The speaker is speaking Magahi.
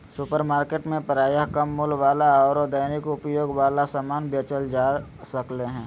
सुपरमार्केट में प्रायः कम मूल्य वाला आरो दैनिक उपयोग वाला समान बेचल जा सक्ले हें